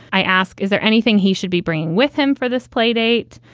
i ask, is there anything he should be bringing with him for this playdate?